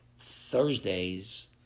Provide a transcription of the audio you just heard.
Thursday's